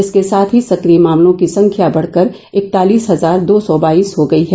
इसके साथ ही सक्रिय मामलों की संख्या बढ़कर इकतालीस हजार दो सौ बाइस हो गयी है